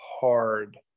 Hard